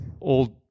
old